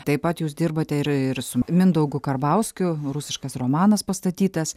taip pat jūs dirbate ir ir su mindaugu karbauskiu rusiškas romanas pastatytas